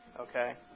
Okay